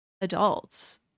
adults